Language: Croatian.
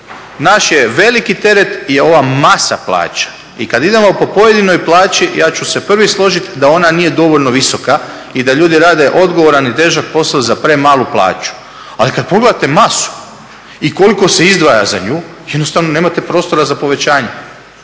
Naš je veliki teret je ova masa plaća. I kad idemo po pojedinoj plaći ja ću se prvi složiti da ona nije dovoljno visoka i da ljudi rade odgovoran i težak posao za premalu plaću. Ali kad pogledate masu i koliko se izdvaja za nju, jednostavno nemate prostora za povećanje